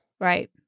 right